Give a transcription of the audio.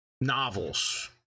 novels